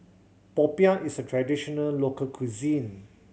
Popiah is a traditional local cuisine